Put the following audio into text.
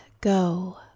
go